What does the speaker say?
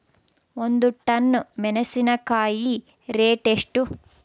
ಒಂದು ಟನ್ ಮೆನೆಸಿನಕಾಯಿ ರೇಟ್ ಎಷ್ಟು?